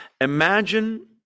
Imagine